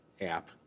app